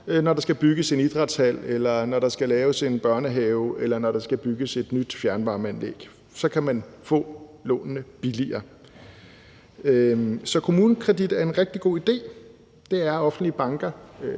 når der skal laves en børnehave, eller når der skal bygges et nyt fjernvarmeanlæg, for så kan man få lånene billigere. Så KommuneKredit er en rigtig god idé. Det er offentlige banker